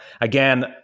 Again